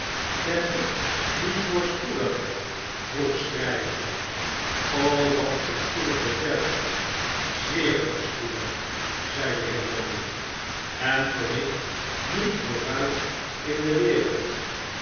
ben ik niet voorspoedig vroeg chryver wat voorspoedig betreft zeer voorspoedig zei de heer lorry en kom ik niet vooruit in de wereld